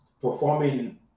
performing